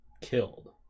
killed